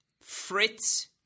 Fritz